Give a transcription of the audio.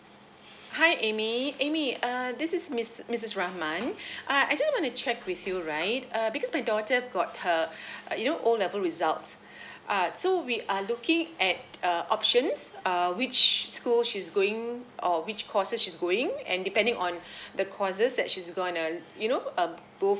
hi amy amy uh this is miss missus rahman uh I just want to check with you right err because my daughter got her you know o level results uh so we are looking at uh options uh which schools she's going or which courses she's going and depending on the courses that she's going to you know uh go